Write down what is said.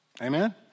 Amen